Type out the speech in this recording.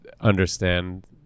understand